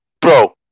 bro